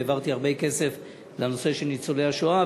העברתי הרבה כסף לנושא של ניצולי השואה,